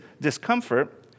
discomfort